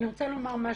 להגיד משהו.